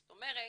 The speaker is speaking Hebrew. זאת אומרת,